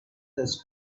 has